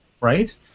right